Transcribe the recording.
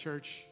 Church